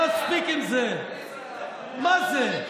מספיק עם זה, מה זה?